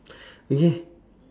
eh